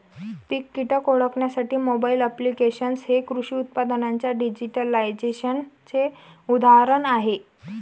पीक कीटक ओळखण्यासाठी mobile applications हे कृषी उत्पादनांच्या डिजिटलायझेशनचे उदाहरण आहे